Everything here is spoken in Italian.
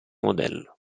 modello